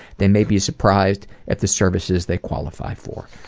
they may be surprised at the services they qualify for.